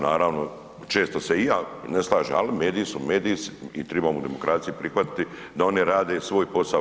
Naravno, često se i ja ne slažem, ali mediji su mediji i tribamo u demokraciji prihvatiti da oni rade svoj posao.